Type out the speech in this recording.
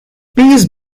peace